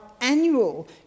annual